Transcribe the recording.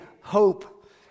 hope